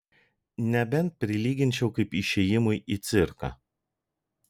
nebent prilyginčiau kaip išėjimui į cirką